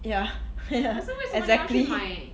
ya ya exactly